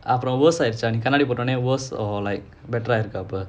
அப்புறம்:appuram worse ஆயிடுச்சா:aayiduchchaa worse or like better eh இருக்க இப்போ:irukka ippo